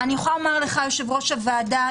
יושב-ראש הוועדה,